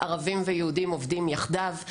ערבים ויהודים עובדים יחדיו.